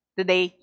Today